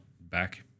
back